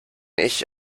ich